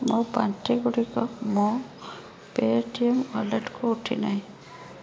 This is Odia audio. ମୋ ପାଣ୍ଠିଗୁଡ଼ିକ ମୋ ପେଟିଏମ୍ ୱାଲେଟ୍କୁ ଉଠି ନାହିଁ